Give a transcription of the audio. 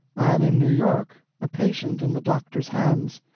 i am in new york a patient in the doctor's hands.